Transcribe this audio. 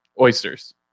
Oysters